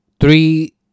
three